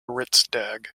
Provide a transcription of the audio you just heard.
riksdag